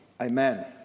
Amen